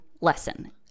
lesson